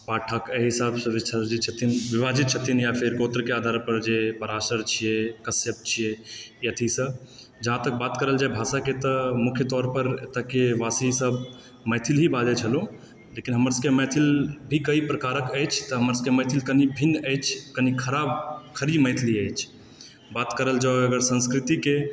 पाठक एहि हिसाब से जे छथिन विभाजित छथिन या फिर गोत्र के आधार पर जे पराशर छियै कश्यप छियै अथी से जहाँ तक बात कयल जाय भाषा के तऽ मुख्य तौर पर एतऽ के वासी सब मैथिली ही बाजै छै लोक लेकिन हमर सबहक मैथिल भी कई प्रकारक अछि तऽ हमर सबहक मैथिली कनि भिन्न अछि कनि खराब खड़ी मैथिली अछि बात करल जॅं अगर संस्कृति के